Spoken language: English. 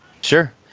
Sure